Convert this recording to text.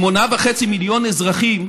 8.5 מיליון אזרחים,